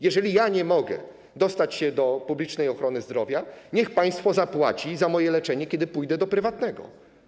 Jeżeli nie mogę dostać się do publicznej ochrony zdrowia, niech państwo zapłaci za moje leczenie, kiedy pójdę do prywatnej.